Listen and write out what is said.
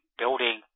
building